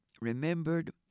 remembered